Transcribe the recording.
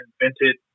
invented